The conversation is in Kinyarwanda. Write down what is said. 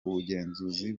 ubugenzuzi